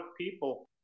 people